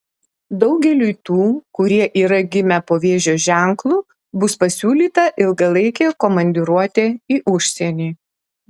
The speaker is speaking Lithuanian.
daugeliui tų kurie yra gimę po vėžio ženklu bus pasiūlyta ilgalaikė komandiruotė į užsienį